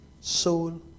soul